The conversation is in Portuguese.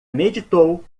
meditou